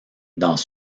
dans